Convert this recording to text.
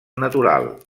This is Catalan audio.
natural